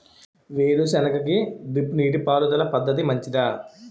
వేరుసెనగ కి డ్రిప్ నీటిపారుదల పద్ధతి మంచిదా?